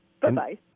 Bye-bye